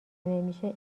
نمیشه